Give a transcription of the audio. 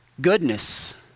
goodness